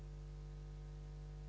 Hvala vam